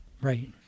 Right